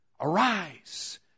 Arise